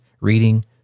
reading